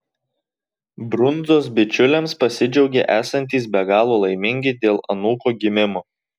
brundzos bičiuliams pasidžiaugė esantys be galo laimingi dėl anūko gimimo